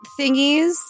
thingies